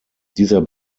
dieser